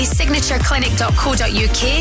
signatureclinic.co.uk